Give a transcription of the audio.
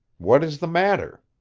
what is the matter?